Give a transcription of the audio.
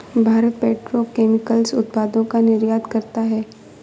Bharat petrochemicals उत्पादों का निर्यात करता है